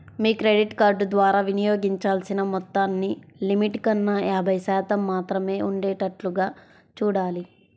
మీ credit card ద్వారా వినియోగించాల్సిన మొత్తాన్ని లిమిట్ కన్నా యాభై శాతం మాత్రమే ఉండేటట్లుగా చూడాలి